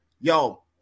Yo